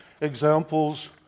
examples